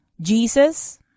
Jesus